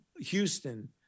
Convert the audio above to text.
Houston